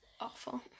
Awful